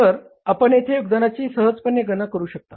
तर आपण येथे योगदानाची सहजपणे गणना करू शकता